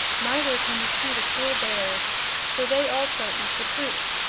neither can we see the cruel bears, for they also eat the fruit.